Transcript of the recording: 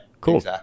Cool